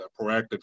proactive